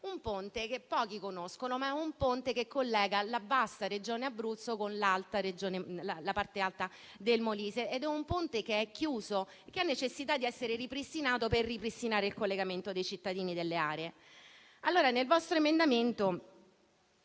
un ponte che pochi conoscono, ma che collega la bassa Regione Abruzzo con la parte alta del Molise; un ponte chiuso che ha necessità di essere ripristinato per il collegamento dei cittadini di quelle aree.